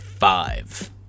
Five